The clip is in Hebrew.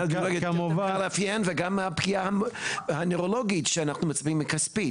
אפידמיולוגית גם לאפיין וגם מהפגיעה הנוירולוגית שאנחנו מצפים מכספית,